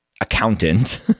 accountant